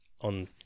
on